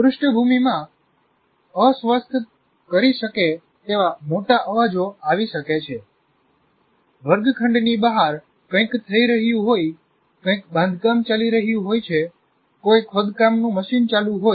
પૃષ્ઠભૂમિમાં અસ્વસ્થ કરી શકે તેવા મોટા અવાજો આવી શકે છે વર્ગખંડની બહાર કંઈક થઈ રહ્યું હોય કંઇક બાંધકામ ચાલી રહ્યું છે કોઈ ખોદકામ નું મશીન ચાલુ હોય